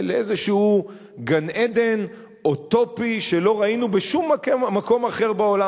לאיזה גן-עדן אוטופי שלא ראינו בשום מקום אחר בעולם.